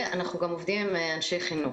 אנחנו גם עובדים עם אנשי חינוך.